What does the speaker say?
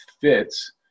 fits